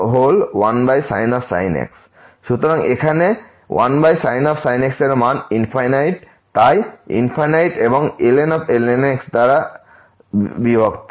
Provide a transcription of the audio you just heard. সুতরাং এখানে 1sin x এর মান তাই এবংln x দ্বারা বিভক্ত